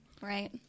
Right